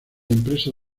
empresa